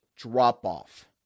drop-off